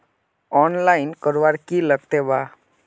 Online करवार की लगते वा?